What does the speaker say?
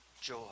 joy